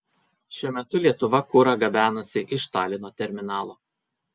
šiuo metu lietuva kurą gabenasi iš talino terminalo